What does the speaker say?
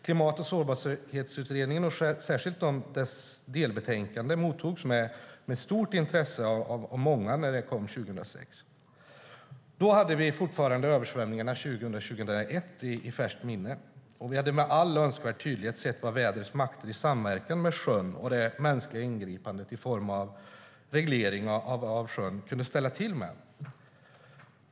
Klimat och sårbarhetsutredningen, och särskilt dess delbetänkande, mottogs med stort intresse av många när den kom 2006. Då hade vi fortfarande översvämningarna 2000 och 2001 i färskt minne, och vi hade med all önskvärd tydlighet sett vad vädrets makter i samverkan med sjön och det mänskliga ingripandet i form av reglering av sjön kunde ställa till med.